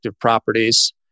properties